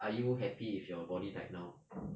are you happy with your body type now